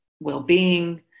wellbeing